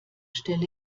stelle